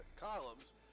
columns